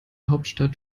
hauptstadt